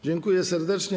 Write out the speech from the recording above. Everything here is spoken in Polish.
Dziękuję serdecznie.